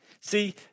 See